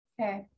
Okay